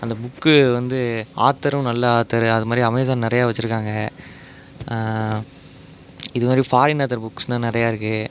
அந்த புக் வந்து ஆத்தரும் நல்ல ஆத்தரு அதுமாதிரி அமேசான் நிறைய வைச்சுருக்காங்க இதுமாதிரி ஃபாரின் ஆத்தர் புக்ஸெலாம் நிறைய இருக்குது